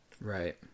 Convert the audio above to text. Right